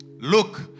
look